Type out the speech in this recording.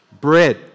Bread